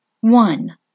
one